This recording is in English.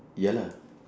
ya lah